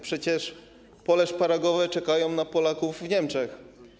Przecież pola szparagowe czekają na Polaków w Niemczech.